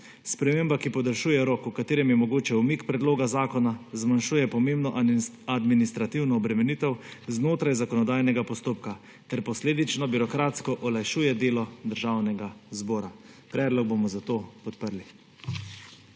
Sprememba, ki podaljšuje rok, v katerem je mogoč umik predloga zakona, zmanjšuje pomembno administrativno obremenitev znotraj zakonodajnega postopka ter posledično birokratsko olajšuje delo Državnega zbora. Predlog bomo zato podprli.